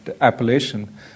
appellation